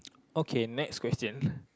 okay next question